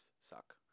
suck